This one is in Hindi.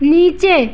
नीचे